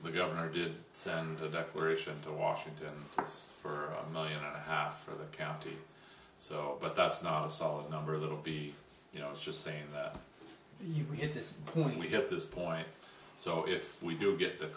the governor did send a declaration to washington for a million a half for the county so but that's not a solid number of little b you know i was just saying you read this point we get this point so if we do get that